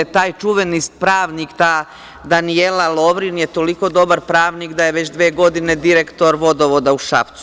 Taj čuveni pravnik, ta Danijela Lovrin je toliko dobar pravnik da je već dve godine direktor Vodovoda u Šapcu.